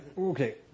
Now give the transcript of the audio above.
okay